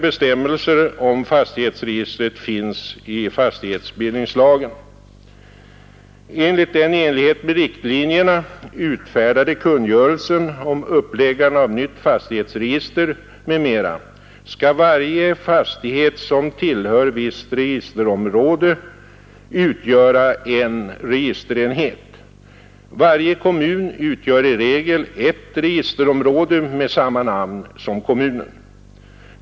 Enligt den i enlighet med riktlinjerna utfärdade kungörelsen om uppläggande av nytt fastighetsregister, m.m. skall varje fastighet utgöra en registerenhet. Varje kommun utgör i regel ett registerområde med samma namn som kommunen.